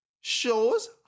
shows